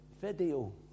video